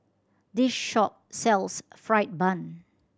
this shop sells fried bun